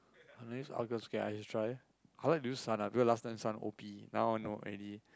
I never use Argus K I just try I like to use Sun ah because last time Sun o_p now not already